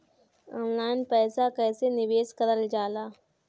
Online पईसा कईसे निवेश करल जाला?